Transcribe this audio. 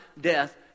death